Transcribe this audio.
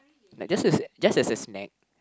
like just as just as a snack